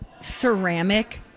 ceramic